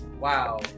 Wow